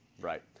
Right